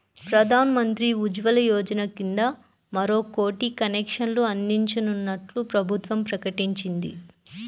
ప్రధాన్ మంత్రి ఉజ్వల యోజన కింద మరో కోటి కనెక్షన్లు అందించనున్నట్లు ప్రభుత్వం ప్రకటించింది